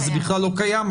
אז זה בכלל לא קיים.